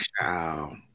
Wow